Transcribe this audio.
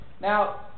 Now